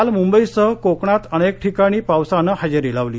काल मुंबईसह कोकणात अनेक ठिकाणी पावसानं हजेरी लावली